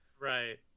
Right